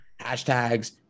hashtags